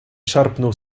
szarpnął